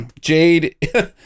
Jade